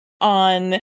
on